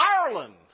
Ireland